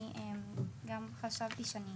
אני גם חשבתי שאני